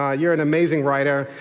ah you're an amazing writer,